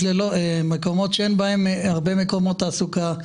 מקומות שאין בהם הרבה מקומות תעסוקה.